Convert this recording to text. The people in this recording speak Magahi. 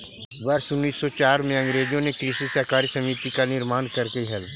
वर्ष उनीस सौ चार में अंग्रेजों ने कृषि सहकारी समिति का निर्माण करकई हल